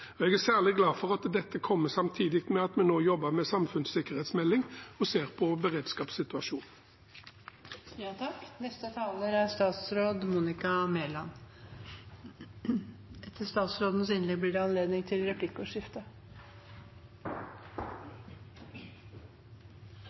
Jeg er særlig glad for at dette kommer samtidig med at vi nå jobber med en samfunnssikkerhetsmelding og ser på